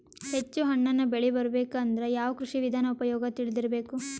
ಹೆಚ್ಚು ಹಣ್ಣನ್ನ ಬೆಳಿ ಬರಬೇಕು ಅಂದ್ರ ಯಾವ ಕೃಷಿ ವಿಧಾನ ಉಪಯೋಗ ತಿಳಿದಿರಬೇಕು?